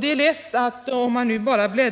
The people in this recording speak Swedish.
Det är lätt att